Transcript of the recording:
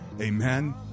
Amen